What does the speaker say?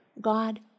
God